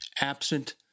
absent